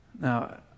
Now